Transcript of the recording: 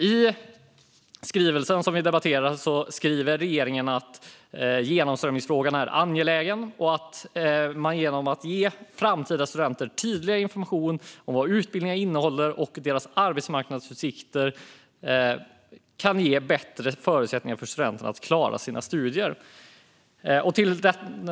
I skrivelsen som vi nu debatterar skriver regeringen att genomströmningsfrågan är angelägen och att man genom att ge framtida studenter tydligare information om innehåll och arbetsmarknadsutsikter för olika utbildningar kan ge studenterna bättre förutsättningar att klara sina studier.